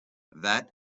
that